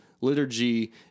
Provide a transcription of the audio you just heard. liturgy